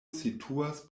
situas